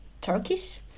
Turkish